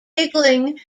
giggling